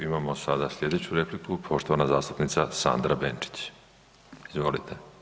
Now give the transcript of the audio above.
Imamo sada slijedeću repliku, poštovana zastupnica Sandra Benčić, izvolite.